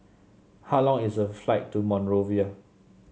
how long is the flight to Monrovia